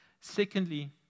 Secondly